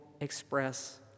express